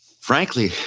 frankly,